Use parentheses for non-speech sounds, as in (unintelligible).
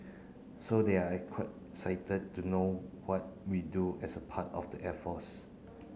so they're (unintelligible) excited to know what we do as a part of the air force